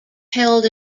held